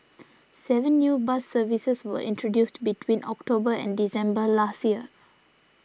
seven new bus services were introduced between October and December last year